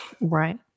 right